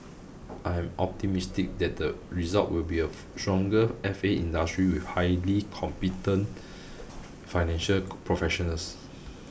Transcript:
I am optimistic that the result will be a stronger F A industry with highly competent financial professionals